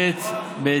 אבל אתה לא פוחד